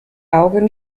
augen